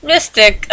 Mystic